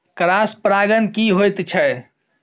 Cross परागण की होयत छै?